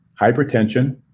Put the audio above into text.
hypertension